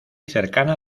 cercana